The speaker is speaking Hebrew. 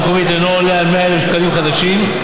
המקומית אינו עולה על 100,000 שקלים חדשים,